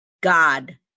God